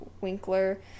Winkler